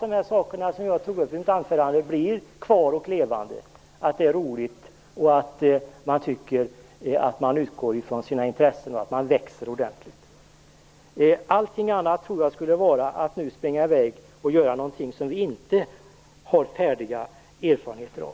De saker som jag tog upp i mitt anförande blir kvar och levande - att man tycker att det är roligt, att man utgår från sina intressen och växer. Allting annat skulle vara att springa i väg och göra någonting som vi inte har erfarenheter av.